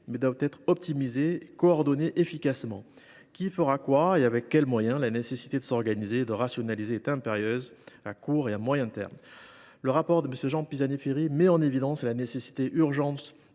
mais doivent être optimisés et coordonnés efficacement. Qui fera quoi, et avec quels moyens ? La nécessité de s’organiser et de rationaliser est impérieuse, à court et moyen termes. Le rapport de M. Jean Pisani Ferry met en évidence la nécessité urgente